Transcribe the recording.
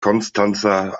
konstanzer